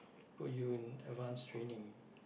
put you in advance training